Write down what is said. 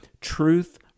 Truth